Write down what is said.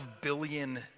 billion